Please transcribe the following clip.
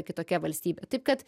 kitokia valstybė taip kad